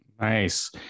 Nice